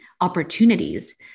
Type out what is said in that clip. opportunities